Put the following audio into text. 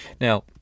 Now